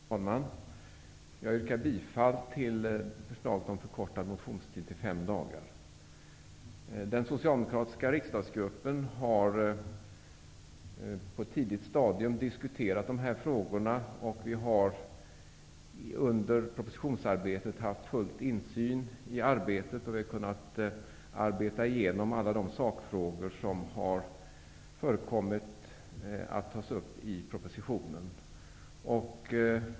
Fru talman! Jag yrkar bifall till förslaget om förkortad motionstid till fem dagar. Den socialdemokratiska riksdagsgruppen har på ett tidigt stadium diskuterat de här frågorna. Vi har under propositionsarbetet haft full insyn i arbetet, och vi har kunnat arbeta igenom alla de sakfrågor som har varit aktuella att tas upp i propositionen.